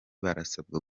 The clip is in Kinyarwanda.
barasabwa